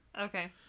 Okay